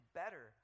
better